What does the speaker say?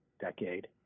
decade